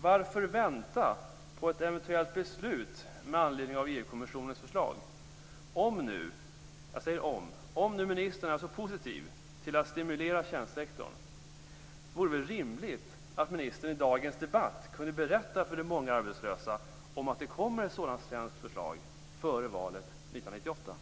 Varför vänta på ett eventuellt beslut med anledning av EU kommissionens förslag? Om ministern är så positiv till att stimulera tjänstesektorn, vore det väl rimligt att ministern i dagens debatt kunde berätta för de många arbetslösa att det kommer ett sådant svenskt förslag före valet 1998.